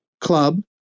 club